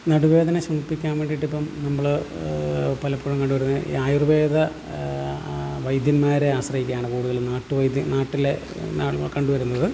നടുവേദന ശമിപ്പിക്കാൻ വേണ്ടിയിട്ടിപ്പം നമ്മൾ പലപ്പോഴും കണ്ടുവരുന്നത് ഈ ആയുർവേദ വൈദ്യന്മാരെ ആശ്രയിക്കുകയാണ് കൂടുതലും നാട്ടുവൈദ്യൻ നാട്ടിൽ നാൾ കണ്ടുവരുന്നത്